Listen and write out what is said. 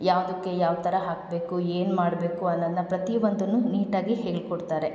ಯಾವ್ದಕ್ಕೆ ಯಾವ ಥರ ಹಾಕಬೇಕು ಏನು ಮಾಡಬೇಕು ಅನ್ನೋದನ್ನ ಪ್ರತಿಯೊಂದನ್ನು ನೀಟಾಗಿ ಹೇಳಿಕೊಡ್ತಾರೆ